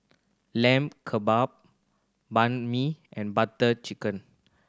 Lamb Kebab Banh Mi and Butter Chicken